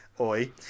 Oi